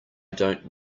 don’t